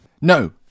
No